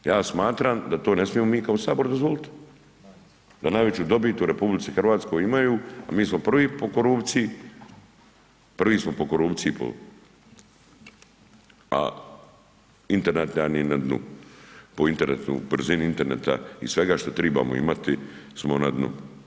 Ja smatram da to ne smijemo mi kao HS dozvolit, da najveću dobit u RH imaju, a mi smo prvi po korupciji, prvi smo po korupciji, a Internet nam je na dnu, po internetu, brzini interneta i svega šta tribamo imati smo na dnu.